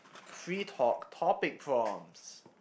free talk topic prompts